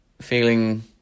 feeling